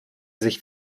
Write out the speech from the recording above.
sich